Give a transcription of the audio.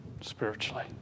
spiritually